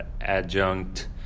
adjunct